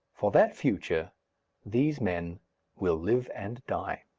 for that future these men will live and die.